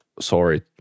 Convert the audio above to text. sorry